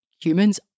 humans